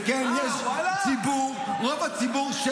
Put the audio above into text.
ורוב הציבור,